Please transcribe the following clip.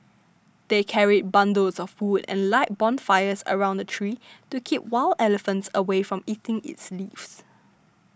they carried bundles of wood and light bonfires around the tree to keep wild elephants away from eating its leaves